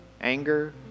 anger